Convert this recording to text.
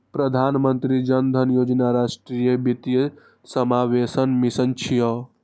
प्रधानमंत्री जन धन योजना राष्ट्रीय वित्तीय समावेशनक मिशन छियै